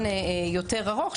לזמן יותר ארוך,